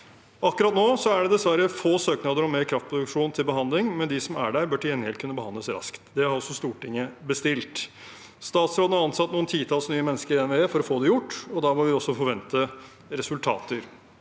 Akkurat nå er det dessverre få søknader om mer kraftproduksjon til behandling, men de som er der, bør til gjengjeld kunne behandles raskt. Det har også Stortinget bestilt. Statsråden har ansatt noen titalls nye mennesker i NVE for å få det gjort, og da må vi også forvente resultater.